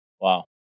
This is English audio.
wow